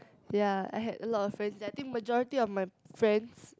ya I had a lot of friends there I think majority of my friends